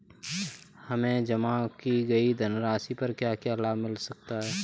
हमें जमा की गई धनराशि पर क्या क्या लाभ मिल सकता है?